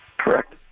Correct